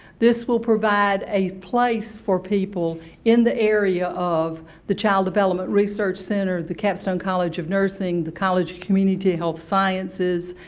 this will provide a place for people in the area of the child development research center, the capstone college of nursing, the college of community health sciences,